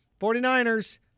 49ers